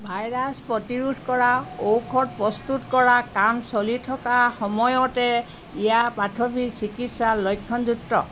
virus প্ৰতিৰোধ কৰা ঔষধ প্ৰস্তুত কৰাৰ কাম চলি থকাৰ সময়তে ইয়াৰ প্ৰাথমিক চিকিৎসা লক্ষণযুক্ত